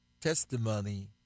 testimony